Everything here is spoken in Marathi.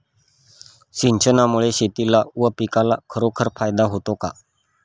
सिंचनामुळे शेतीला व पिकाला खरोखर फायदा होतो का?